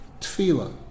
tefillah